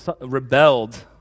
rebelled